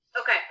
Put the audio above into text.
Okay